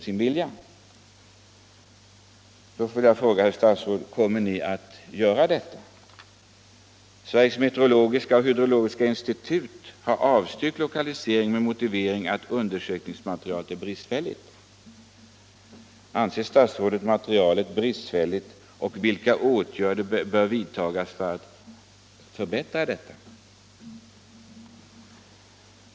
Jag vill då fråga herr statsrådet: Kommer ni att göra det? Sveriges meteorologiska och hydrologiska institut har avstyrkt lokalisering till de berörda platserna med motiveringen att undersökningsmaterialet är bristfälligt. Anser statsrådet materialet bristfälligt, och vilka åtgärder bör i så fall vidtas för att förbättra det?